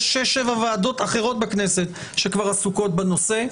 יש שש-שבע ועדות אחרות בכנסת שכבר עסוקות בנושא.